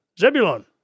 Zebulon